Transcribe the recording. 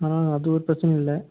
ஆ அது ஒரு பிரச்சனையும் இல்லை